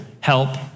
help